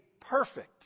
perfect